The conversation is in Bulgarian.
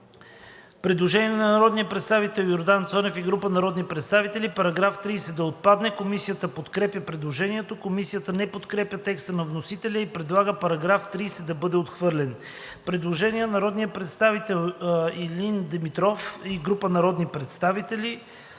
предложение на народния представител Йордан Цонев и група народни представители –§ 30 да отпадне. Комисията подкрепя предложението. Комисията не подкрепя текста на вносителя и предлага § 30 да бъде отхвърлен. Предложение на народния представител Илин Димитров и група народни представители.